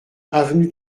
avenue